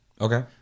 okay